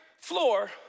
Floor